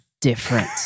different